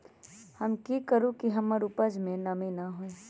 हम की करू की हमर उपज में नमी न होए?